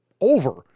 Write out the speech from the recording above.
over